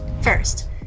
First